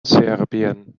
serbien